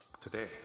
today